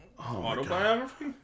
autobiography